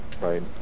right